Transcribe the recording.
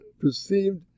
perceived